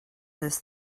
this